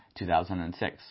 2006